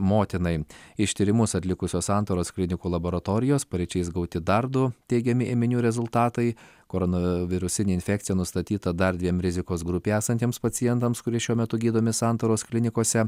motinai iš tyrimus atlikusios santaros klinikų laboratorijos paryčiais gauti dar du teigiami ėminių rezultatai korona virusinė infekcija nustatyta dar dviem rizikos grupėje esantiems pacientams kurie šiuo metu gydomi santaros klinikose